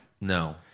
No